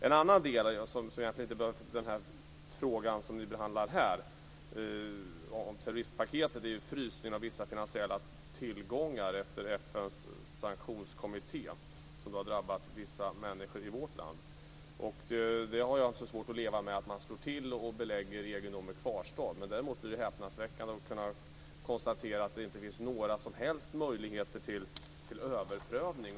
En annan del, som egentligen inte berör den fråga som behandlas här - terroristpaketet - gäller frysningen av vissa finansiella tillgångar; detta efter det här med FN:s sanktionskommitté. Detta har ju drabbat vissa människor i vårt land. Jag har inte särskilt svårt att leva med att man slår till och belägger egendom med kvarstad. Däremot blir det häpnadsväckande att kunna konstatera att det inte finns några som helst möjligheter till överprövning.